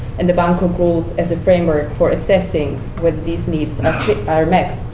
and the bangkok rules as a framework for assessing whether these needs are met.